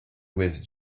ouest